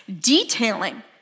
detailing